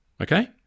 Okay